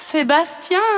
Sébastien